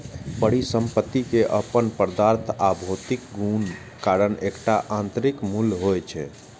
परिसंपत्ति के अपन पदार्थ आ भौतिक गुणक कारण एकटा आंतरिक मूल्य होइ छै